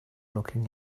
looking